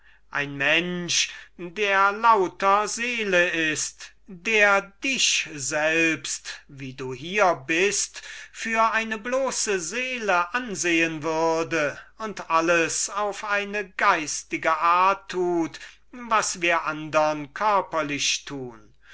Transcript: ein mensch der lauter seele ist der dich wie du hier bist für eine bloße seele ansehen würde und der alles auf eine geistige art tut was wir andere